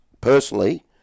personally